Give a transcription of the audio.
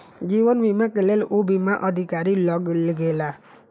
जीवन बीमाक लेल ओ बीमा अधिकारी लग गेला